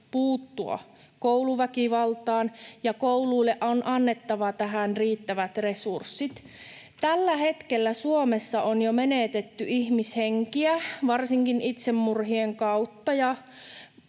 puuttua kouluväkivaltaan, ja kouluille on annettava tähän riittävät resurssit. Tällä hetkellä Suomessa on jo menetetty ihmishenkiä, varsinkin itsemurhien kautta,